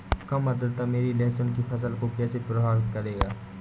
कम आर्द्रता मेरी लहसुन की फसल को कैसे प्रभावित करेगा?